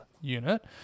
unit